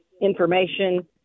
information